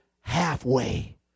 halfway